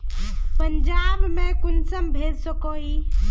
पंजाब में कुंसम भेज सकोही?